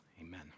amen